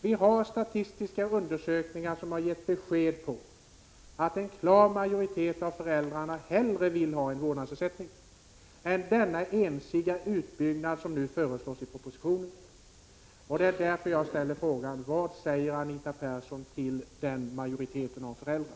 Vi har statistiska undersökningar, som har gett besked om att en klar majoritet av föräldrarna hellre vill ha en vårdnadsersättning än den ensidiga utbyggnad som nu föreslås i propositionen. Det är därför jag ställer frågan: Vad säger Anita Persson till den majoriteten av föräldrar?